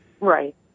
Right